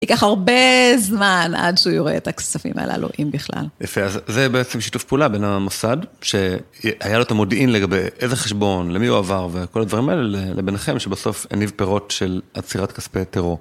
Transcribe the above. ייקח הרבה זמן עד שהוא ייראה את הכספים הללו, אם בכלל. יפה, אז זה בעצם שיתוף פעולה בין המוסד, שהיה לו את המודיעין לגבי איזה חשבון, למי הוא עבר, וכל הדברים האלה לביניכם, שבסוף הניב פירות של עצירת כספי טרור.